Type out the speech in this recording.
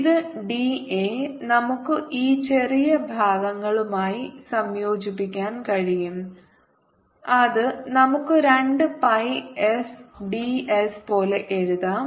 ഇത് d a നമുക്ക് ഈ ചെറിയ ഭാഗങ്ങളുമായി സംയോജിപ്പിക്കാൻ കഴിയും അത് നമുക്ക് രണ്ട് pi s ds പോലെ എഴുതാം